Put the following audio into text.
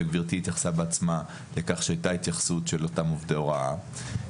וגבירתי התייחסה בעצמה לכך שהיתה התייחסות של אותם עובדי הוראה.